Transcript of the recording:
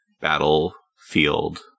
battlefield